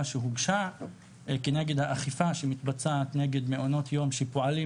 שהוגשה כנגד האכיפה שמתבצעת נגד מעונות יום שפועלים